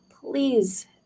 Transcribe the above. please